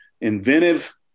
inventive